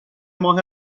ماه